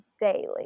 daily